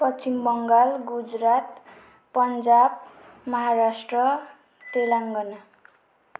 Paschim Bangal Gujarat Punjab Maharashtra Telangana